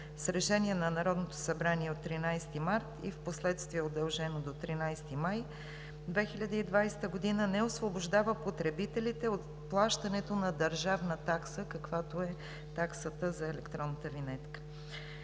Решение на Народното събрание от 13 март и впоследствие удължено до 13 май 2020 г., не освобождава потребителите от плащането на държавна такса, каквато е таксата за електронната винетка.